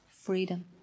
freedom